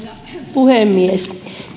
puhemies